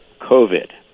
COVID